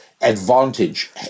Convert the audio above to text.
advantage